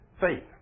Faith